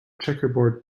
checkerboard